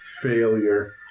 failure